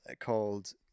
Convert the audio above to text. called